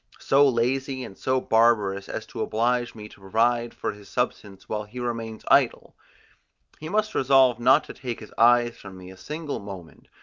so lazy and so barbarous as to oblige me to provide for his subsistence while he remains idle he must resolve not to take his eyes from me a single moment,